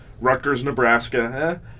Rutgers-Nebraska